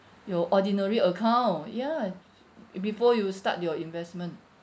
your ordinary account ya uh before you start your investment